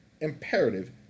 imperative